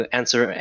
answer